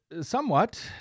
somewhat